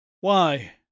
Why